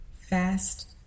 Fast